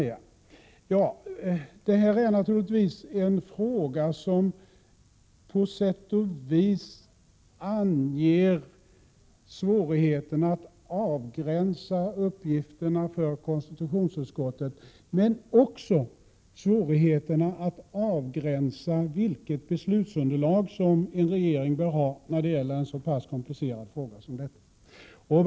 Ja, det här är naturligtvis en fråga som på sätt och vis anger svårigheten att avgränsa uppgifterna för konstitutionsutskottet men också svårigheterna att avgränsa vilket beslutsunderlag som en regering bör ha när det gäller en så pass komplicerad fråga som denna.